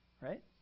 Right